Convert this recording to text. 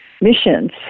missions